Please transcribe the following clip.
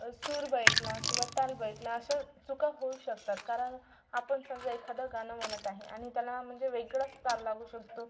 सूर बहकला किंवा ताल बहकला अशा चुका होऊ शकतात कारण आपण समजा एखादं गाणं म्हणत आहे आणि त्याला म्हणजे वेगळाच ताल लागू शकतो